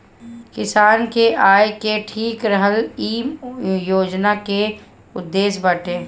किसान के आय के ठीक रखल इ योजना के उद्देश्य बाटे